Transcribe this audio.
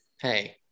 Hey